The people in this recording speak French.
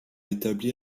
établi